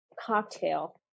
cocktail